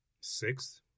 sixth